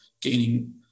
gaining